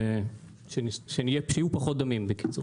הוגשה הצעת חוק בנושא זה.